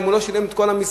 אם הוא לא שילם את כל המסים,